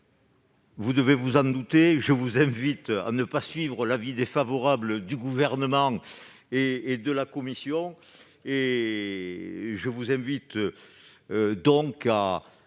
Vous vous en doutez : je vous invite à ne pas suivre l'avis défavorable du Gouvernement et de la commission et donc à